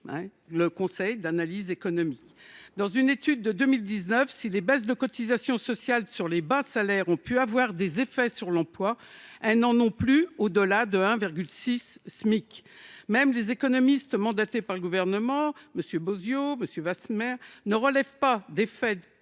du Conseil d’analyse économique, si les baisses de cotisations sociales sur les bas salaires ont pu avoir des effets sur l’emploi, elles n’en ont plus au delà du seuil de 1,6 Smic. Même les économistes mandatés par le Gouvernement, MM. Bozio et Wasmer, ne relèvent pas d’effet sur